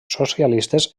socialistes